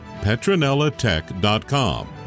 Petronellatech.com